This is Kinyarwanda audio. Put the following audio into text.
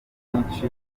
myinshi